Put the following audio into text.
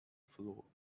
flaw